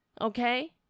okay